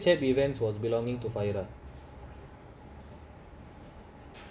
ya but let's say let's say chap events was belonging to fire